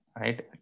right